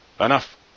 enough